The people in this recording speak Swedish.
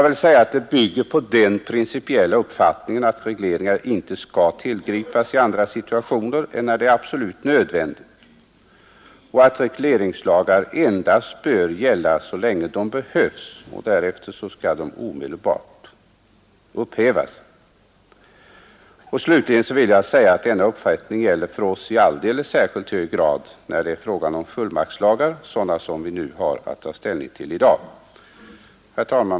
Reservationen bygger på den principiella uppfattningen att regleringar inte skall tillgripas i andra situationer än när det är absolut nödvändigt och att regleringslagar endast bör gälla så länge de behövs. Därefter skall de omedelbart upphävas. Slutligen vill jag säga att denna uppfattning gäller för oss i alldeles särskilt hög grad när det är fråga om fullmaktslagar, sådana som den vi har att ta ställning till i dag. Herr talman!